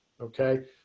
Okay